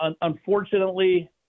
Unfortunately